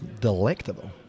delectable